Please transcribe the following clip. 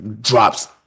drops